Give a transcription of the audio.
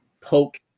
poke